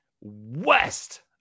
west